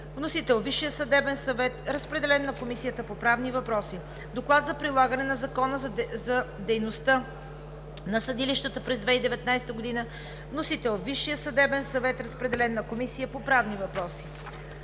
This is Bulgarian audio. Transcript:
Вносител – Висшият съдебен съвет. Разпределен е на Комисията по правни въпроси. Доклад за прилагане на Закона за дейността на съдилищата през 2019 г. Вносител – Висшият съдебен съвет. Разпределен е на Комисията по правни въпроси.